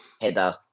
header